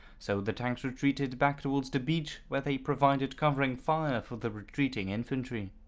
so the tanks retreated back towards the beach where they provided covering fire for the retreating infantry.